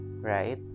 right